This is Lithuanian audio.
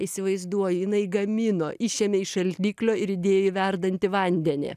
įsivaizduoji jinai gamino išėmė iš šaldiklio ir įdėjo į verdantį vandenį